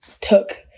took